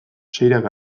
seirak